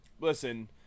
listen